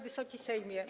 Wysoki Sejmie!